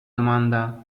domanda